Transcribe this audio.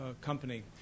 company